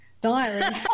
diary